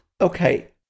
okay